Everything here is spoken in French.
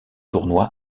tournoi